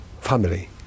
family